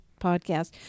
podcast